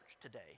today